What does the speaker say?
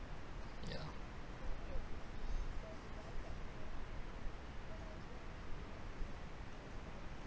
ya